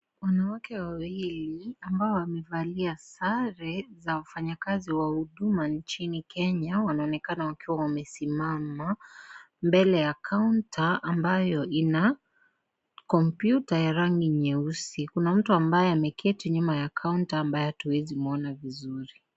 Wanawake wawili ambao wamevalia sare za wafanya kazi wa huduma nchini Kenya wanaonekana wakiwa wamesimama mbele ya kaunta ambayo ina komputa ya rangi nyeusi, kuna mtu ambaye ameketi nyuma ya kaunta ambaye hatuwezi muona vizuri.